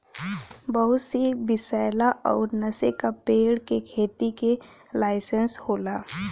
बहुत सी विसैला अउर नसे का पेड़ के खेती के लाइसेंस होला